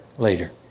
later